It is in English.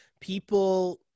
people